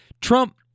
Trump